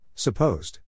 Supposed